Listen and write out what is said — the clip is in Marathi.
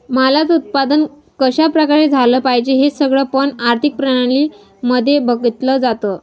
मालाच उत्पादन कशा प्रकारे झालं पाहिजे हे सगळं पण आर्थिक प्रणाली मध्ये बघितलं जातं